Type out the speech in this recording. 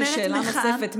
את יודעת ששאלה נוספת,